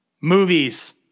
Movies